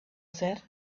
said